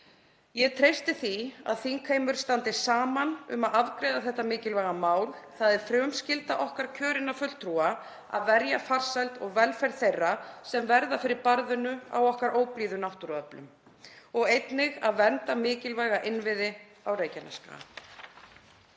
Ég treysti því að þingheimur standi saman um að afgreiða þetta mikilvæga mál. Það er frumskylda okkar kjörinna fulltrúa að verja farsæld og velferð þeirra sem verða fyrir barðinu á okkar óblíðu náttúruöflum og einnig að vernda mikilvæga innviði á Reykjanesskaga.